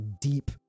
deep